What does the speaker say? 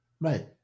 Right